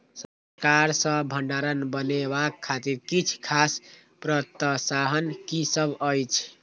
सरकार सँ भण्डार बनेवाक खातिर किछ खास प्रोत्साहन कि सब अइछ?